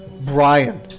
Brian